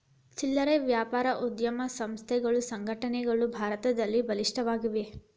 ಚಿಲ್ಲರೆ ವ್ಯಾಪಾರ ಉದ್ಯಮ ಸಂಸ್ಥೆಗಳು ಸಂಘಟನೆಗಳು ಭಾರತದಲ್ಲಿ ಬಲಿಷ್ಠವಾಗಿವೆ